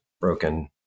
broken